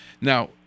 Now